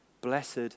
blessed